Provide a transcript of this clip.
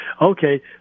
Okay